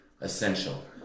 essential